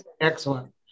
Excellent